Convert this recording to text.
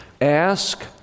Ask